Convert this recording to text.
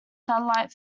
satellite